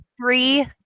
three